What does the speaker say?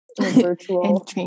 virtual